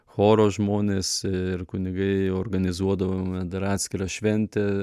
choro žmonės ir kunigai organizuodavome dar atskirą šventę